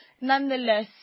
nonetheless